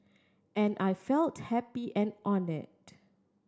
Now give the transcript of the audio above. and I felt happy and honoured